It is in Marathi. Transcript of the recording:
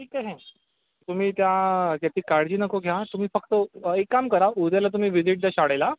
ठीक आहे तुम्ही त्या त्याची काळजी नको घ्या तुम्ही फक्त एक काम करा उद्याला तुम्ही विजिट द्या शाळेला